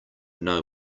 know